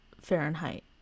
Fahrenheit